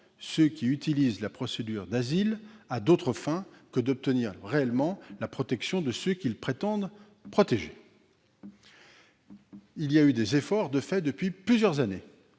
ceux qui utilisent la procédure de demande d'asile à d'autres fins que celle d'obtenir réellement la protection de ceux qu'ils prétendent protéger. Des efforts ont été faits depuis plusieurs années.